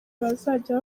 bazajya